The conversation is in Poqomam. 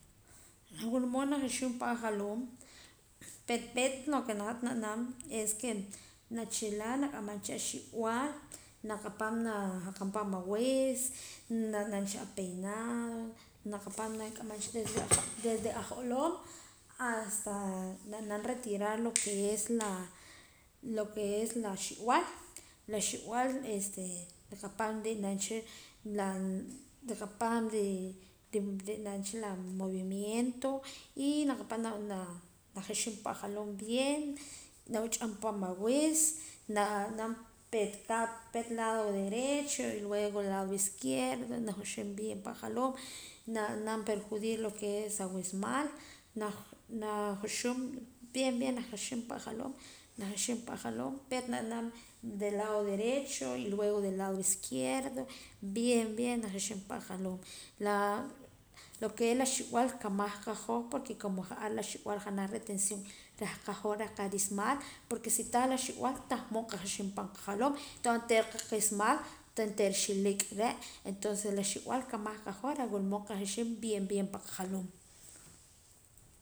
Reh wula mood na juxuum pa ajoloom peet peet lo que hat na naam es que hat na chala na k'amaancha a xi'b'al na kapaam na jakaam awiis na naam cha a peinado desde a jolom hasta na naam retirar lo que es la lo que es la xi'b'al la xib'al este rikapaam ri'la cha rikapaam re' rinaan cha la movimiento y na kapaam na juxuum pa' ajoloom bien na wach'aam paam awiis na naam peet lado derecho luego lado izquierdo najuxuum bien pa' ajoloom na naam perjudir lo que es awiismal na juxuum na juxuum bien bien pa' ajoloom na ji'xiim paam ajoloom de lado derecho y luego de lado izquierdo bien bien najuxuum pa' ajoloom la lo que es la xi'b'al rikamaj qahoj porque como ja'ar la xi'b'al janaj qahoj reh qismal porque si tah la xi'b'al tah mood qajuxuum pan qajoloom entonces oontera qismal oontera xi'liik' re' entonces la xi'b'al kamaj qahoj reh wila mood qajuxuum bien bien pan qajoloom.